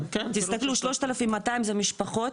תסתכלו 3,200 זה משפחות,